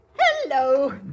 Hello